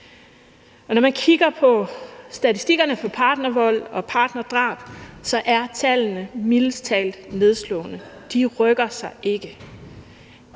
Og når man kigger på statistikerne for partnervold og partnerdrab, så er tallene mildest talt nedslående – de rykker sig ikke.